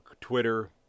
Twitter